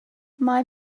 mae